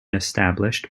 established